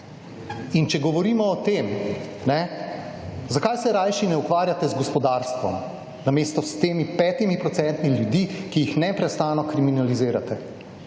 In če govorimo o tem, zakaj se rajši ne ukvarjate z gospodarstvom, namesto s temi 5 % ljudi, ki jih neprestano kriminalizirate.